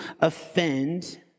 offend